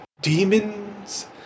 demons